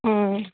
हाँ